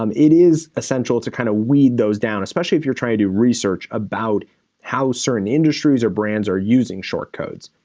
um it is essential to kind of weed those down, especially if you're trying to research about how certain industries or brands are using short codes.